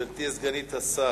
בבקשה, גברתי סגנית השר,